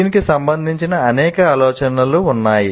దీనికి సంబంధించిన అనేక ఆలోచనలు ఉన్నాయి